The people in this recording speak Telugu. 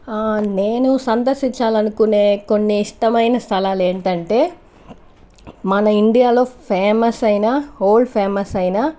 నేను సందర్శించాలనుకొనే కొన్ని ఇష్టమైన స్థలాలు ఏంటంటే మన ఇండియాలో ఫేమస్ అయినా వరల్డ్ ఫేమస్ అయిన